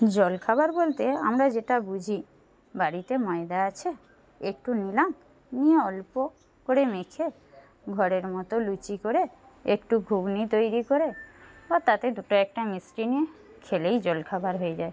জলখাবার বলতে আমরা যেটা বুঝি বাড়িতে ময়দা আছে একটু নিলাম নিয়ে অল্প করে মেখে ঘরের মতো লুচি করে একটু ঘুগনি তৈরি করে বা তাতে দুটো একটা মিষ্টি নিয়ে খেলেই জলখাবার হয়ে যায়